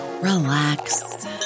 relax